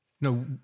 No